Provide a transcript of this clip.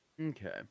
Okay